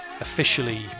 officially